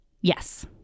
Yes